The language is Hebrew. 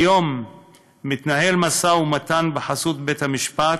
כיום מתנהל משא-ומתן בחסות בית-המשפט